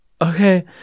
okay